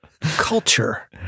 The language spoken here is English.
culture